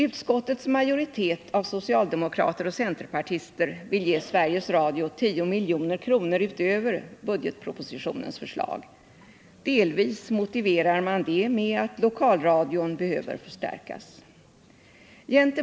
Utskottets majoritet av socialdemokrater och centerpartister vill ge Sveriges Radio 10 milj.kr. utöver budgetpropositionens förslag. Delvis motiverar man detta med att lokalradion behöver förstärkas.